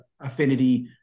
affinity